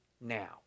now